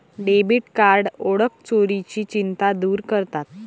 debit card ओळख चोरीची चिंता दूर करतात